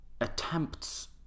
attempts